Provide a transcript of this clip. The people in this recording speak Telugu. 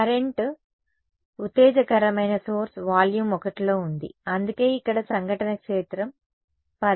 కరెంటు ఉత్తేజకరమైన సోర్స్ వాల్యూమ్ 1లో ఉంది అందుకే ఇక్కడ సంఘటన క్షేత్ర పదం ఉంది కానీ ఇక్కడ కాదు సరే